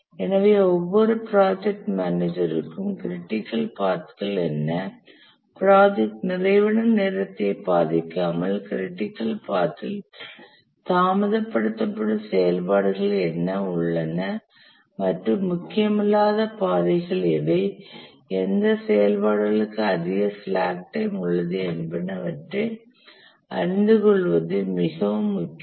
எனவே ஒவ்வொரு project manager க்கும் க்ரிட்டிக்கல் பாத்கள் என்ன ப்ராஜெக்ட் நிறைவு நேரத்தை பாதிக்காமல் க்ரிட்டிக்கல் பாத் இல் தாமதப்படுத்தபடும் செயல்பாடுகள் என்ன உள்ளன மற்றும் முக்கியமில்லாத பாதைகள் எவை எந்த செயல்பாடுகளுக்கு அதிக ஸ்லாக் டைம் உள்ளது என்பனவற்றை அறிந்து கொள்வது மிகவும் முக்கியம்